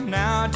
now